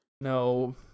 No